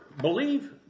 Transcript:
Believe